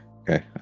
Okay